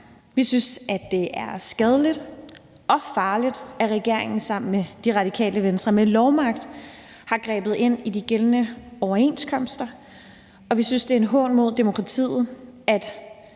Vi synes, det er skadeligt og også farligt, at regeringen sammen med Radikale Venstre med lovmagt har grebet ind i de gældende overenskomster, og vi synes, det er en hån mod demokratiet, at